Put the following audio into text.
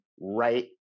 right